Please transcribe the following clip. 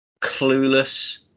clueless